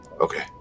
Okay